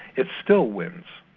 it still wins.